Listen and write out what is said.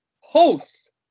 Hosts